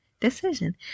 decision